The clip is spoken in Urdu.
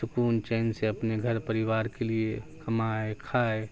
سکون چین سے اپنے گھر پریوار کے لیے کمائے کھائے